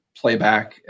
playback